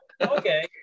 okay